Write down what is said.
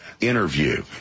Interview